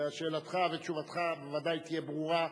שאלתך ותשובתך בוודאי יהיו ברורות.